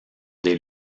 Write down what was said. des